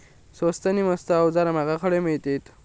स्वस्त नी मस्त अवजारा माका खडे मिळतीत?